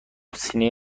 سینه